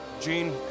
Gene